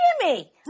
Jimmy